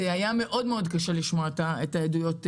היה מאוד מאוד קשה לשמוע את העדויות כאן,